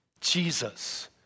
Jesus